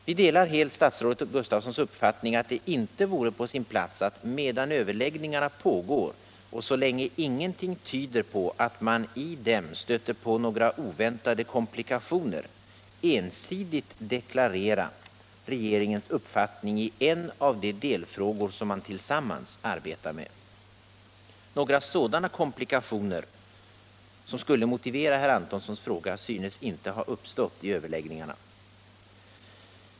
Vi delar helt statsrådet Gustafssons uppfattning att det inte vore på sin plats att medan överläggningarna pågår och så länge ingenting tyder på att man i dem stöter på några oväntade komplikationer ensidigt deklarera regeringens uppfattning i en av de delfrågor som man tillsammans arbetar med. Några sådana komplikationer som skulle motivera herr Antonssons fråga synes inte ha uppstått i överläggningarna.